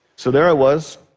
so there i was,